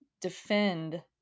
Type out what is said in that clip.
defend